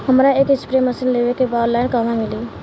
हमरा एक spray machine लेवे के बा ऑनलाइन कहवा मिली?